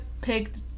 picked